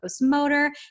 motor